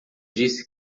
disse